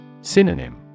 Synonym